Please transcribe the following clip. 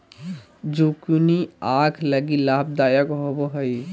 zucchini आंख लगी लाभदायक होबो हइ